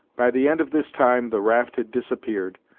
by the end of this time the raft had disappeared,